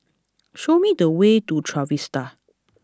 show me the way to Trevista